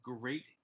great